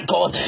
God